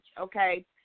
okay